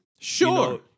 Sure